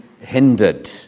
hindered